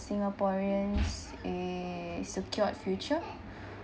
singaporeans a secured future